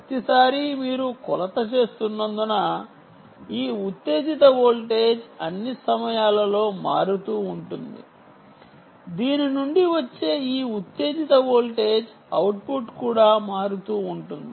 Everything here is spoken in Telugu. ప్రతిసారీ మీరు కొలత చేస్తున్నందున ఈ ఉత్తేజిత వోల్టేజ్ అన్ని సమయాలలో మారుతూ ఉంటుంది దీని నుండి వచ్చే ఈ ఉత్తేజిత వోల్టేజ్ అవుట్పుట్ కూడా మారుతూ ఉంటుంది